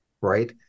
Right